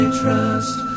trust